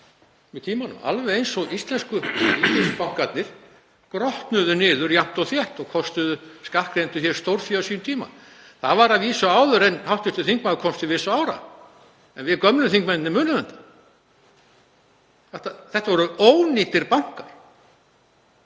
með tímanum. Alveg eins og íslensku ríkisbankarnir grotnuðu niður jafnt og þétt og kostuðu skattgreiðendur stórfé á sínum tíma. Það var að vísu áður en hv. þingmaður komst til vits og ára en við gömlu þingmennirnir munum þetta. Þetta voru ónýtir bankar.